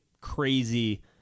crazy